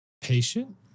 Patient